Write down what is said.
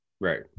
right